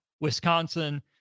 Wisconsin